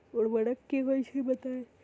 उर्वरक की होई छई बताई?